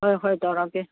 ꯍꯣꯏ ꯍꯣꯏ ꯇꯧꯔꯛꯀꯦ